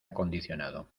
acondicionado